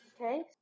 Okay